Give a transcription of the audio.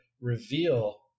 reveal